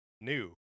new